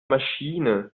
maschine